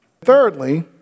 Thirdly